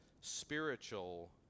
spiritual